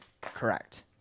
correct